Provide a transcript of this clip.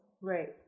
right